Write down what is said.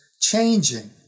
changing